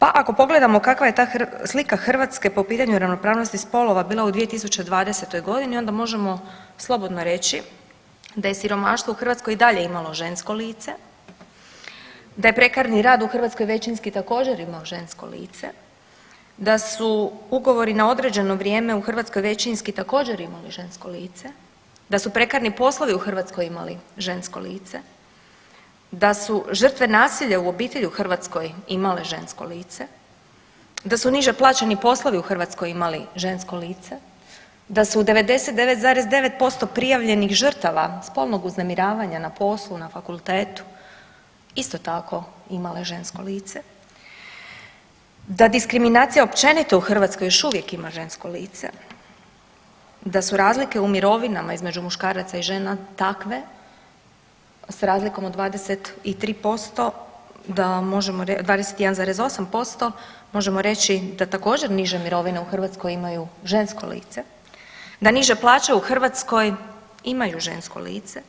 Pa ako pogledamo kakva je ta slika Hrvatske po pitanju ravnopravnosti spolova bila u 2020.g. onda možemo slobodno reći da je siromaštvo u Hrvatskoj i dalje imalo žensko lice, da je prekarni rad u Hrvatskoj većinski također imao žensko lice, da su ugovori na određeno vrijeme u Hrvatskoj većinski također imali žensko lice, da su prekarni poslovi u Hrvatskoj imali žensko lice, da su žrtve nasilja u obitelji u Hrvatskoj imale žensko lice, da su niže plaćeni poslovi u Hrvatskoj imali žensko lice, da su 99,9% prijavljenih žrtava spolnog uznemiravanja na poslu i na fakultetu isto tako imale žensko lice, da diskriminacija općenito u Hrvatskoj još uvijek ima žensko lice, da su razlike u mirovinama između muškaraca i žena takve s razlikom od 23%, da možemo, 21,8% možemo reći da također niže mirovine u Hrvatskoj imaju žensko lice, da niže plaće u Hrvatskoj imaju žensko lice,